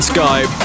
Skype